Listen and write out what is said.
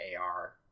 ar